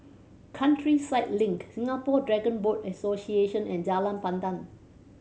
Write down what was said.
Countryside Link Singapore Dragon Boat Association and Jalan Pandan